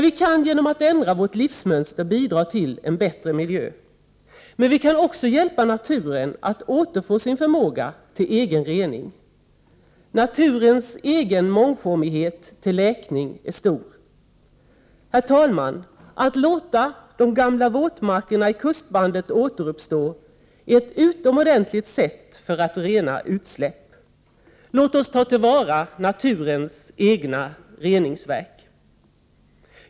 Vi kan genom att ändra vårt livsmönster bidra till en bättre miljö, men vi kan också hjälpa naturen att återfå sin förmåga till egen rening. Naturens egen mångsidighet när det gäller läkning är stor. Att låta de gamla våtmarkerna i kustbandet återuppstå är ett utomordentligt sätt att rena utsläpp. Låt oss ta till vara naturens egna reningsverk!